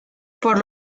por